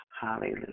Hallelujah